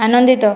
ଆନନ୍ଦିତ